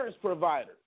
providers